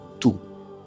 two